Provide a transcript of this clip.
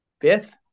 fifth